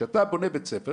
כשאתה בונה בית ספר,